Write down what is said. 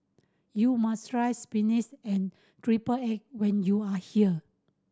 you must try and triple egg when you are here